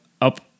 up